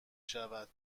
شود